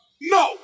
no